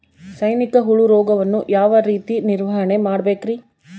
ಸೈನಿಕ ಹುಳು ರೋಗವನ್ನು ಯಾವ ರೇತಿ ನಿರ್ವಹಣೆ ಮಾಡಬೇಕ್ರಿ?